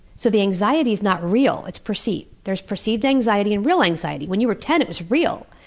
so the anxiety is not real it's perceived. there's perceived anxiety and real anxiety when you were ten, it was real.